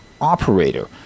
operator